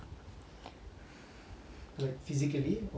like physically or personality wise